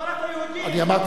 אני אמרתי לך שלא?